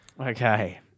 Okay